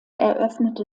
eröffnete